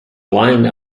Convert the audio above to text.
line